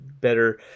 better